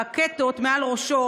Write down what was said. הרקטות מעל ראשו,